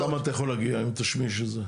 לכמה אתה יכול להגיע אם תשמיש את זה?